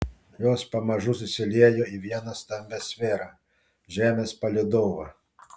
jos pamažu susiliejo į vieną stambią sferą žemės palydovą